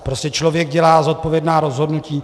Prostě člověk dělá zodpovědná rozhodnutí.